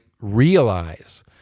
realize